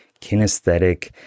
kinesthetic